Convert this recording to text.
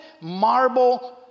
marble